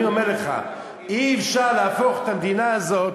אני אומר לך, אי-אפשר להפוך את המדינה הזאת